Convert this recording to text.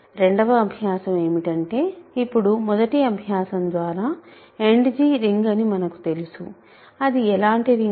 రెండవ అభ్యాసం ఏమిటంటే ఇప్పుడు మొదటి అభ్యాసం ద్వారా End రింగ్ అని మనకు తెలుసు అది ఎలాంటి రింగ్